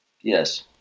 Yes